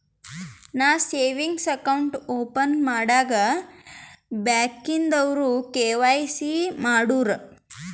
ನಾ savings account open ಮಾಡಾಗ್ ಬ್ಯಾಂಕ್ದವ್ರು ಕೆ.ವೈ.ಸಿ ಮಾಡೂರು